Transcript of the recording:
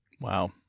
Wow